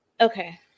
okay